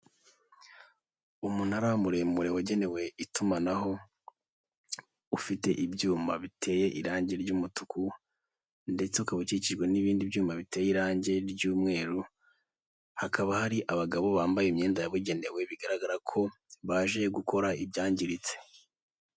Umunara muremure wagenewe itumanaho, ufite ibyuma biteye irangi ry'umutuku, ndetse ukaba ukijwe n'ibindi byuma biteye irangi ry'umweru, hakaba hari abagabo bambaye imyenda yabugenewe bigaragara ko baje gukora ibyangiritse.